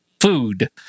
food